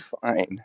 fine